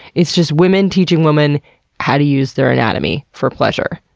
it's just women teaching women how to use their anatomy for pleasure.